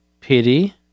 pity